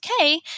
okay